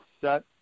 set